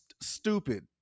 stupid